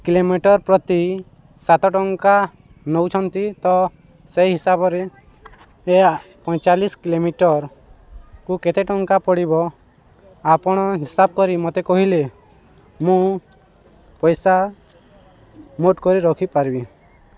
kilometre ପ୍ରତି ସାତ ଟଙ୍କା ନେଉଛନ୍ତି ତ ସେଇ ହିସାବରେ ଏହା ପଇଁଚାଳିଶ୍ କିଲୋମିଟର୍କୁ କେତେ ଟଙ୍କା ପଡ଼ିବ ଆପଣ ହିସାବ୍ କରି ମତେ କହିଲେ ମୁଁ ପଇସା ମୋଟ୍ କରି ରଖିପାରିବି